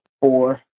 Four